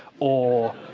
or